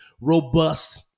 robust